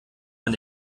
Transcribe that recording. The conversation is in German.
man